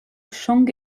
shang